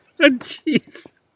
Jeez